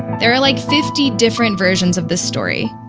there are like fifty different versions of this story.